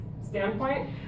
standpoint